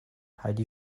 heidi